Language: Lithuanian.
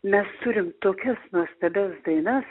mes turim tokias nuostabias dainas